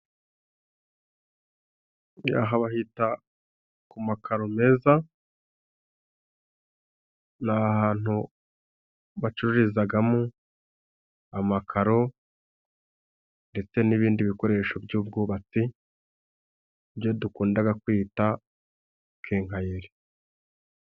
Aha bahita ku makaro meza ni ahantu bacururizagamo amakaro ndetse n'ibindi bikoresho by'ubwubatsi ibyo dukundaga kwita kenkayeri.